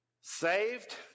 saved